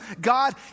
God